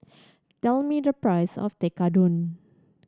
tell me the price of Tekkadon